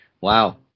Wow